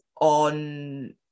on